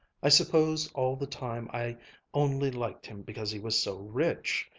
i supposed all the time i only liked him because he was so rich.